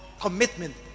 commitment